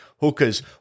hookers